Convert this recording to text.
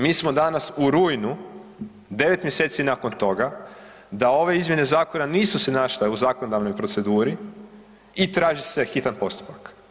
Mi smo danas u rujnu, 9. mjeseci nakon toga da ove izmjene zakona nisu se našle u zakonodavnoj proceduri i traži se hitan postupak.